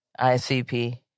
ICP